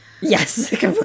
Yes